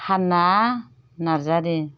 हान्ना Narzary